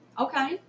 Okay